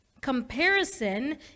comparison